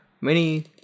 Mini